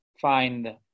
find